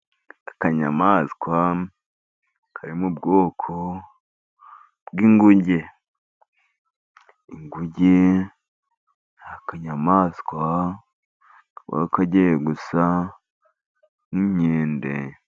Akanyamaswa kari mu bwoko bw'inguge. Inguge ni akanyamaswa kaba kagiye gusa nk'inkende.